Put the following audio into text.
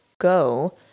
go